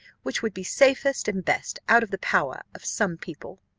which would be safest and best out of the power of some people.